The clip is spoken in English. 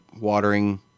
watering